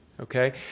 okay